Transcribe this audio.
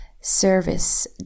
service